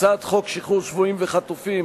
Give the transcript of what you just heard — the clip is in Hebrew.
הצעת חוק שחרור שבויים וחטופים,